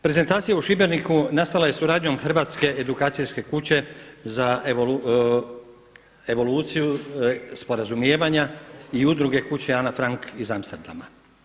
Prezentacija u Šibeniku nastala je suradnjom Hrvatske edukacijske kuće za evoluciju sporazumijevanja i Udruge kuće Ana Frank iz Amsterdama.